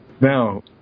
Now